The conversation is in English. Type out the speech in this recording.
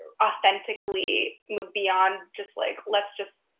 authentically move beyond just, like, let's just